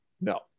No